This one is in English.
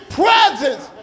presence